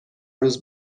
روز